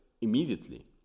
immediately